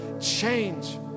change